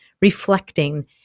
reflecting